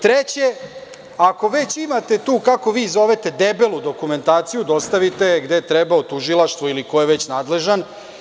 Treće, ako već imate tu, kako vi zovete, debelu dokumentaciju, dostavite je gde treba, u tužilaštvo ili ko je već nadležan.